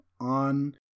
on